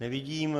Nevidím.